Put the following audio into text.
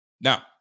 now